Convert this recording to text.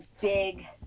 big